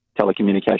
telecommunications